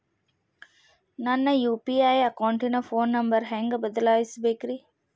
ನನ್ನ ಯು.ಪಿ.ಐ ಅಕೌಂಟಿನ phone number ಹೆಂಗ್ ಬದಲಾಯಿಸ ಬೇಕ್ರಿ?